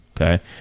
okay